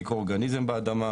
מיקרואורגניזם באדמה,